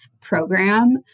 program